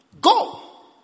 Go